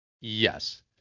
Yes